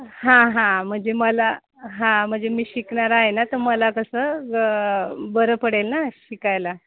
हां हां म्हणजे मला हां म्हणजे मी शिकणार आहे ना तर मला कसं ग बरं पडेल ना शिकायला